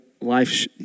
life